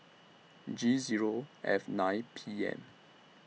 G Zero F nine P M